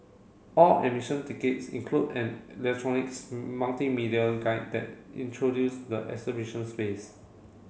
all admission tickets include an electronics multimedia guide that introduce the exhibition space